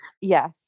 Yes